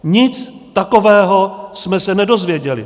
Nic takového jsme se nedozvěděli.